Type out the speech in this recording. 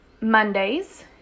mondays